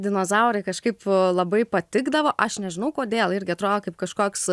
dinozaurai kažkaip labai patikdavo aš nežinau kodėl irgi atrodo kaip kažkoks